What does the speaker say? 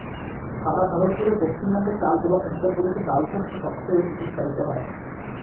সারা ভারত জুড়ে পশ্চিমবঙ্গে চাল এবং উত্তরপ্রদেশে ডাল শস্য সবচেয়ে বেশী উৎপাদিত হয়